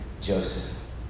Joseph